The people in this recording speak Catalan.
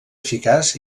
eficaç